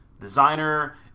designer